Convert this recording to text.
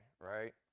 right